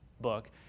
book